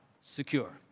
secure